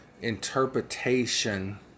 interpretation